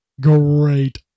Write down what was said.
great